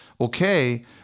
Okay